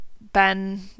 Ben